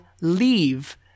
leave